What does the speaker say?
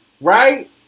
Right